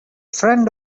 friend